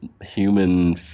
human